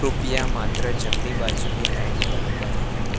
કૃપયા માત્ર જમણી બાજુની લાઈટ બંધ કરો